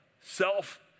Self